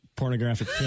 Pornographic